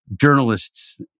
journalists